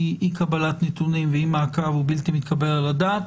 קבלת נתונים ואי מעקב הוא בלתי מתקבל על הדעת,